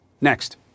Next